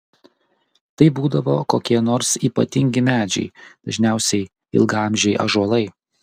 tai būdavo kokie nors ypatingi medžiai dažniausiai ilgaamžiai ąžuolai